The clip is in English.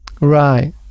Right